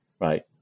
right